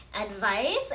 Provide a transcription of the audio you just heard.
advice